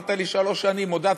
אמרת לי שלוש שנים עוד אז,